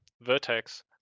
vertex